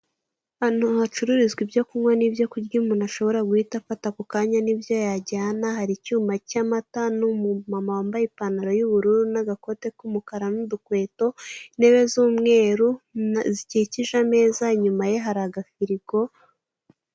Ahantu hacururizwa ibyo kunywa n'ibyo kurya umuntu ashobora gufata ako kanya, n'ibyo yajyana, hari icyuma cy'amata, n'umumama wambaye ipantaro y'ubururu n'agakote k'umukara n'udukweto, intebe z'umweru zikikije ameza, inyuma ye hari agafirigo.